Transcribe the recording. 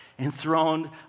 enthroned